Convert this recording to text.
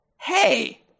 hey